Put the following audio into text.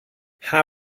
how